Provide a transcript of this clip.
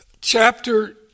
chapter